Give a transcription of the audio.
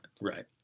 Right